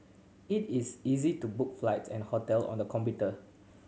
it is easy to book flights and hotel on the computer